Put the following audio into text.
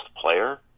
player